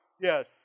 Yes